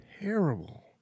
terrible